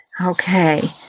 Okay